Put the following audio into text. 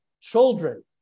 children